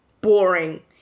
boring